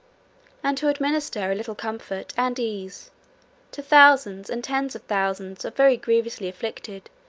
and to administer a little comfort and ease to thousands and tens of thousands of very grievously afflicted,